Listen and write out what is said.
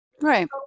Right